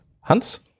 Hans